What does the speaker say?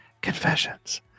confessions